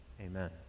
Amen